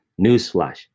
newsflash